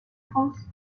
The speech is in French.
france